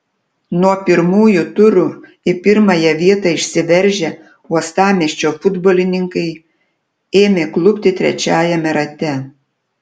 nuo pirmųjų turų į pirmąją vietą išsiveržę uostamiesčio futbolininkai ėmė klupti trečiajame rate